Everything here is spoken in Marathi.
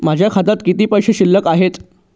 माझ्या खात्यात किती पैसे शिल्लक आहेत?